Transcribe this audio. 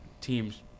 teams